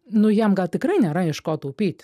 nu jam gal tikrai nėra iš ko taupyt